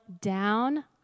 down